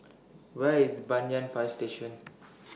Where IS Banyan Fire Station